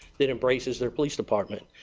that embraces their police department.